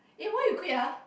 eh why you quit ah